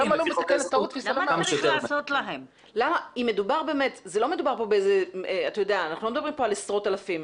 אתה לא מדברים פה על עשרות אלפים.